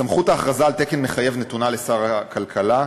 סמכות ההכרזה על תקן מחייב נתונה לשר הכלכלה,